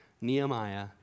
Nehemiah